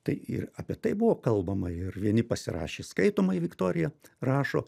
tai ir apie tai buvo kalbama ir vieni pasirašė skaitomai viktorija rašo